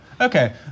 Okay